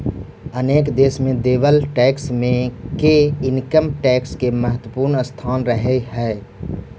अनेक देश में देवल टैक्स मे के इनकम टैक्स के महत्वपूर्ण स्थान रहऽ हई